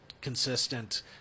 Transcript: consistent